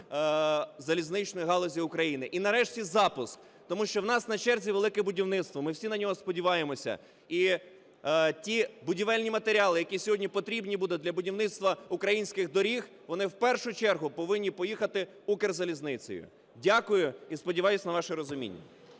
залізничної галузі України. І нарешті запуск, тому що в нас на черзі велике будівництво, ми всі на нього сподіваємося. І ті будівельні матеріали, які сьогодні потрібні будуть для будівництва українських доріг, вони в першу чергу повинні поїхати "Укрзалізницею". Дякую і сподіваюсь на ваше розуміння.